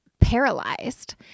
paralyzed